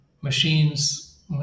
machines